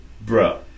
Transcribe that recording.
Bro